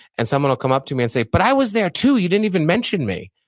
and someone will come up to me and say, but i was there, too. you didn't even mention me,